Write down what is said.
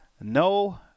No